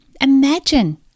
imagine